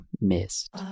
missed